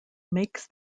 makes